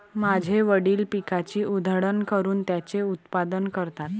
माझे वडील पिकाची उधळण करून त्याचे उत्पादन करतात